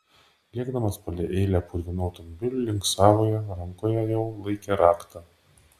lėkdamas palei eilę purvinų automobilių link savojo rankoje jau laikė raktą